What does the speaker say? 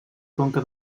conca